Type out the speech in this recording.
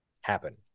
happen